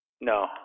No